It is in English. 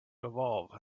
evolve